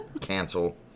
Cancel